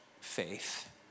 faith